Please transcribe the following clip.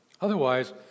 Otherwise